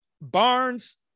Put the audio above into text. Barnes